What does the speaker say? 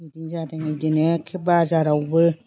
बिदि जादों बिदिनो बाजारावबो